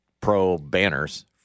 pro-banners